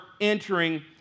entering